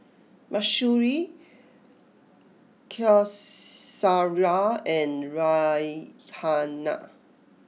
Mahsuri Qaisara and Raihana